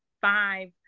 five